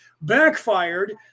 backfired